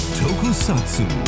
tokusatsu